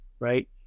Right